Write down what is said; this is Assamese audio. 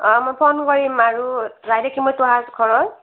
অঁ মই ফোন কৰিম আৰু যাই দেখি মই তোহাৰ ঘৰৰ